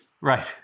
Right